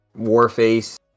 Warface